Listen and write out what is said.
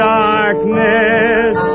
darkness